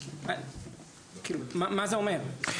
מה זה אומר?